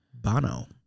Bono